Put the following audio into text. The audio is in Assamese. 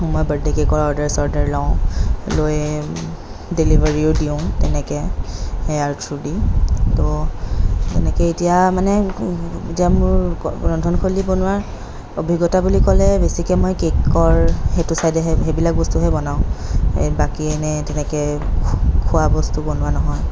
মই বাৰ্থডে কেকৰ অৰ্দাৰ চৰ্দাৰ লওঁ লৈ ডেলীভাৰীও দিওঁ তেনেকৈ সেয়াৰ থ্ৰোৰে দি তো তেনেকৈয়ে এতিয়া মানে যে মোৰ ৰন্ধনশৈলী বনোৱাৰ অভিজ্ঞতা বুলি ক'লে বেছিকৈ মই কেকৰ সেইটো চাইদেহে সেইবিলাক বস্তুহে বনাওঁ এই বাকী এনে তেনেকৈ খোৱা বস্তু বনোৱা নহয়